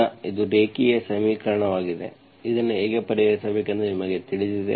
ಈಗ ಇದು ರೇಖೀಯ ಸಮೀಕರಣವಾಗಿದೆ ಇದನ್ನು ಹೇಗೆ ಪರಿಹರಿಸಬೇಕೆಂದು ನಿಮಗೆ ತಿಳಿದಿದೆ